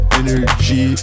energy